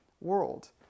world